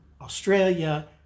Australia